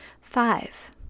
Five